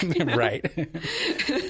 Right